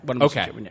Okay